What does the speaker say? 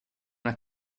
una